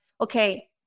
okay